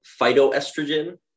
phytoestrogen